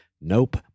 Nope